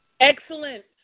Excellent